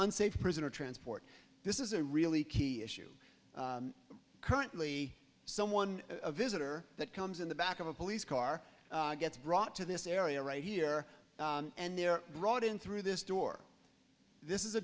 unsafe prisoner transport this is a really key issue currently someone a visitor that comes in the back of a police car gets brought to this area right here and they're brought in through this door this is